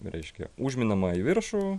reiškia užminama į viršų